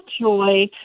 joy